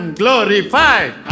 glorified